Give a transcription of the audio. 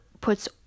puts